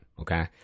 okay